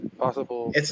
possible